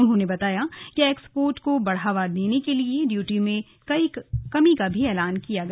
उन्होंने बताया कि एक्सपोर्ट को बढ़ावा देने के लिए ड्यूटी में कमी का भी ऐलान किया गया